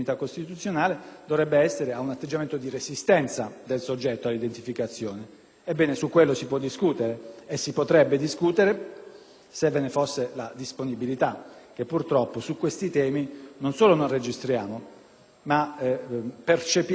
Ebbene, su tale aspetto si può discutere, e lo si potrebbe fare veramente se ve ne fosse la disponibilità. Purtroppo, su questi temi non solo non la registriamo, ma percepiamo, nel momento in cui offriamo una disponibilità al dialogo, un atteggiamento di chiusura